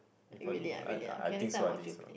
yeah for this I I think so I think so